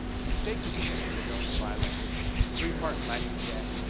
the mistake people make is they go and they buy like this three part lighting kit,